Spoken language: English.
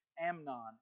Amnon